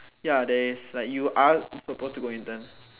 ya there is like you are supposed to go intern